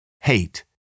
Hate